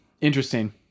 Interesting